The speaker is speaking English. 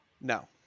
No